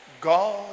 God